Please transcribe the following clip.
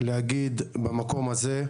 להגיד במקום הזה,